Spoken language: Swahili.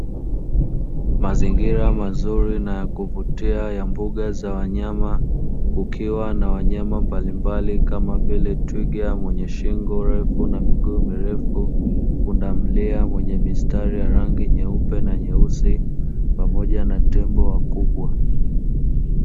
Mazingira mazuri na ya kuvutia ya mbuga za wanyama, kukiwa na wanyama mbalimbali kama vile: twiga mwenye shingo refu na miguu mirefu, pundamilia mwenye mistari ya rangi nyeupe na nyeusi, pamoja na tembo wakubwa.